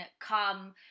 come